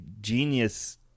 genius